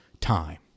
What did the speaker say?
time